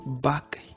back